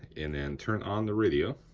and then turn on the radio.